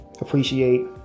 appreciate